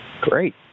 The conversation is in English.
Great